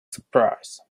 surprise